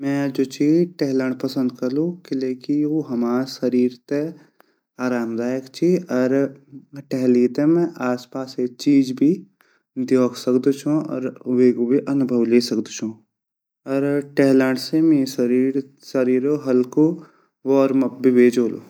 मैं जु ची टहलैंड पसंद करलु किलेकी किलेकी यु हमा शरीर ते आराम दायक ची अर टेहली ते मैं आसपासे चीज भी देख सकदु छो अर वेगु भी अनुभव लें सकदु छो अर टहलैंड से मेरा शरीरो हल्कू वार्मअप भी वे जोलु।